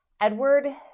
Edward